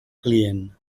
client